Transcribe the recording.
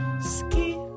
Ski